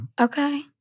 Okay